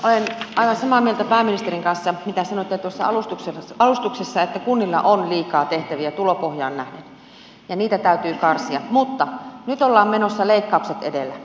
olen aivan samaa mieltä pääministerin kanssa mitä sanoitte tuossa alustuksessa että kunnilla on liikaa tehtäviä tulopohjaan nähden ja niitä täytyy karsia mutta nyt ollaan menossa leikkaukset edellä